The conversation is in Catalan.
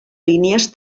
línies